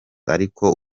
ariko